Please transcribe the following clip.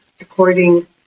according